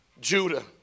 Judah